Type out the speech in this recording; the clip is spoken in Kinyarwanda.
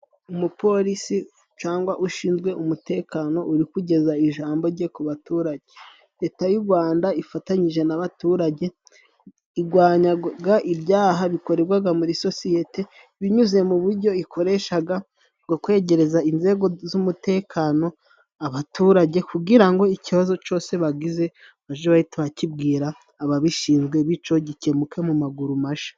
Umupolisi cangwa ushinzwe umutekano, uri kugeza ijambo jye ku baturage. Leta y'u Gwanda ifatanyije n'abaturage igwanyaga ibyaha bikoregwaga muri sosiyete, binyuze mu bujyo ikoreshaga bwo kwegereza inzego z'umutekano abaturage, kugira ngo ikibazo cose bagize baje bahita bakibwira ababishinzwe bico gikemuke mu maguru masha.